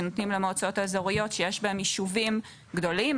שנותנים למועצות האזוריות שיש בהן ישובים גדולים,